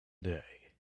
day